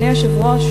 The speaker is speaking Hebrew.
אדוני היושב-ראש,